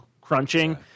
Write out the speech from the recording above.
crunching